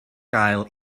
gael